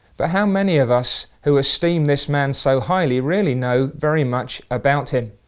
but how many of us who esteemed this man so highly, really know very much about him.